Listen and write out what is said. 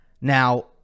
Now